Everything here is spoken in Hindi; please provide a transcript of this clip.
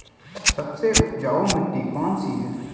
सबसे उपजाऊ मिट्टी कौन सी है?